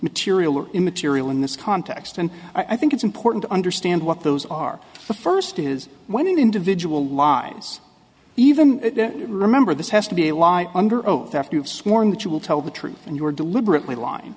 material or immaterial in this context and i think it's important to understand what those are the first is when an individual lines even remember this has to be a lie under oath after you've sworn that you will tell the truth and you are deliberately lyin